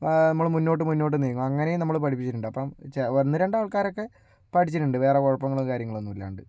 നമ്മള് മുന്നോട്ട് മുന്നോട്ട് നീങ്ങും അങ്ങനേയും നമ്മള് പഠിപ്പിച്ചിട്ടുണ്ട് അപ്പം ഒന്നുരണ്ടാൾക്കാരൊക്കെ പഠിച്ചിട്ടുണ്ട് വേറെ കുഴപ്പങ്ങളോ കാര്യങ്ങളൊന്നുമില്ലാണ്ട്